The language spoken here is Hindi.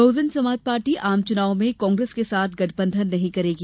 बहुजन समाज पार्टी आम चुनावों में कांग्रेस के साथ गठबंधन नहीं करेगी